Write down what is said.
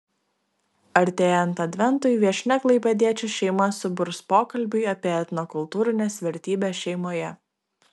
artėjant adventui viešnia klaipėdiečių šeimas suburs pokalbiui apie etnokultūrines vertybes šeimoje